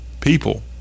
people